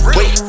Wait